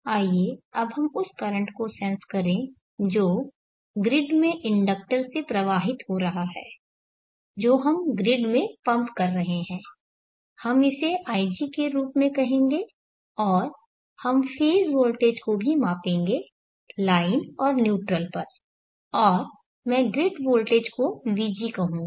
आइए अब हम उस करंट को सेंस करें जो ग्रिड में इंडक्टर से प्रवाहित हो रहा है जो हम ग्रिड में पंप कर रहे हैं हम इसे ig के रूप में कहेंगे और हम फेज़ वोल्टेज को भी मापेंगे लाइन और न्यूट्रल पर और मैं ग्रिड वोल्टेज को vg कहूंगा